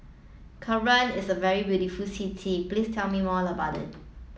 Cairo is a very beautiful city please tell me more about it